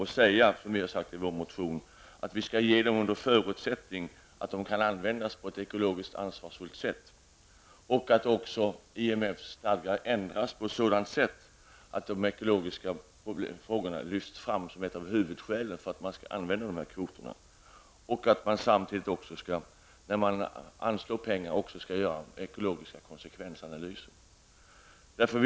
Vi har i vår motion sagt att man skall ge denna förstärkning under förutsättning att denna kan användas på ett ekologiskt ansvarsfullt sätt och även att IMFs en stadgar ändras på ett sådant sätt att de ekologiska frågorna lyfts fram som ett av huvudskälen till att använda dessa kvoter. Man skall även, i samband med att man anslår pengar, göra ekologiska konsekvensanalyser.